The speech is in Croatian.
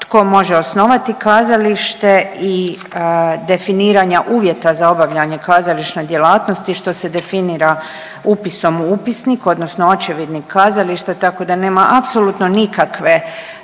tko može osnovati kazalište i definiranja uvjeta za obavljanje kazališne djelatnosti što se definira upisom u upisnik odnosno očevidnik kazališta tako da nema apsolutno nikakve,